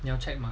你要 check 吗